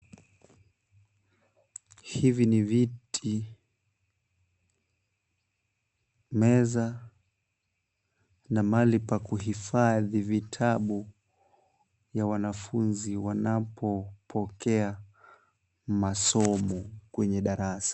Hivi ni viti, meza na mahali pa kuhifadhi vitabu ya wanafunzi wanapopokea masomo kwenye darasa.